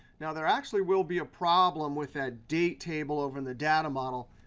now, there actually will be a problem with that date table over in the data model.